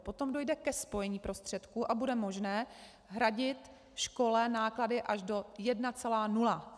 Potom dojde ke spojení prostředků a bude možné hradit škole náklady až do 1,0.